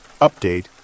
Update